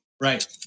Right